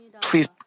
Please